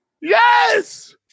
Yes